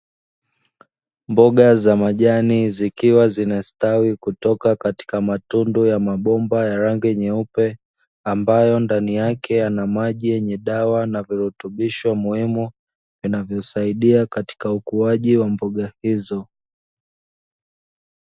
Mboga za majani zikiwa zinastawi kutoka katika matundu ya mabomba ya rangi nyeupe, ambayo ndani yake yanamaji yenye dawa na virutubisho muhimu vinavyosaidia katika ukuaji wa mboga hizo.